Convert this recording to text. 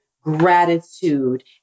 gratitude